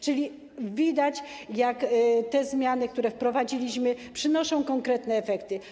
Czyli widać, że te zmiany, które wprowadziliśmy, przynoszą konkretne efekty.